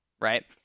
right